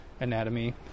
anatomy